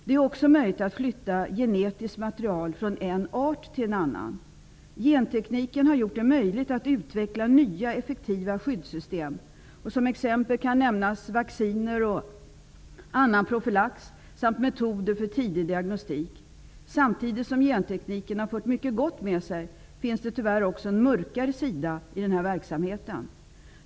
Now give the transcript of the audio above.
Det är också möjligt att flytta genetiskt material från en art till en annan. Gentekniken har gjort det möjligt att utveckla nya, effektiva skyddssystem. Som exempel kan nämnas vacciner och annan profylax samt metoder för tidig diagnostik. Samtidigt som gentekniken har fört mycket gott med sig finns det tyvärr också en mörkare sida i den här verksamheten.